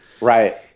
Right